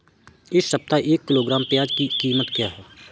इस सप्ताह एक किलोग्राम प्याज की कीमत क्या है?